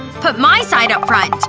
put my side up front.